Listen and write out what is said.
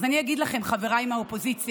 אז אני אגיד לכם, חבריי מהאופוזיציה: